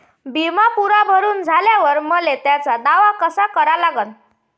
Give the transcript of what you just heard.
बिमा पुरा भरून झाल्यावर मले त्याचा दावा कसा करा लागन?